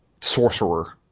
sorcerer